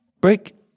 Break